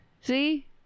See